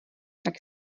tak